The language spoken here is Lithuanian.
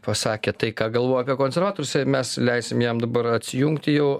pasakė tai ką galvoja apie konservatorius ir mes leisim jam dabar atsijungti jau